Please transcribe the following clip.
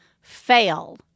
Fail